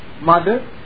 mother